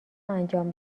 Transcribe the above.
انجام